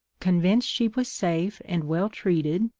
convinced she was safe and well treated,